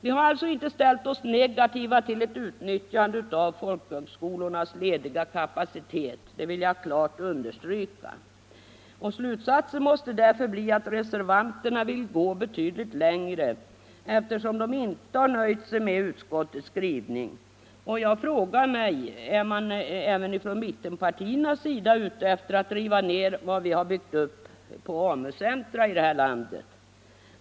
Vi har alltså inte ställt oss negativa till ett utnyttjande av folkhögskolornas lediga kapacitet — det vill jag understryka. Slutsatsen måste bli att reservanterna vill gå betydligt längre, eftersom de inte har nöjt sig med utskottets skrivning. Och då frågar jag mig: Är man även från mittenpartiernas sida ute efter att riva ned vad vi har byggt upp på AMU centra här i landet?